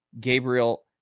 Gabriel